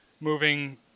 moving